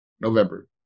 November